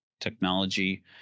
technology